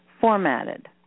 formatted